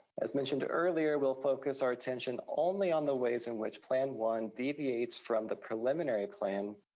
as mentioned earlier, we'll focus our attention only on the ways in which plan one deviates from the preliminary plan,